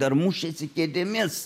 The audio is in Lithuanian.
dar mušėsi kėdėmis